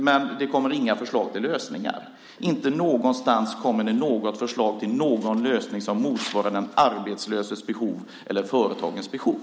Men det kommer inga förslag till lösningar. Inte någonstans kommer det något förslag till någon lösning som motsvarar den arbetslöses behov eller företagens behov.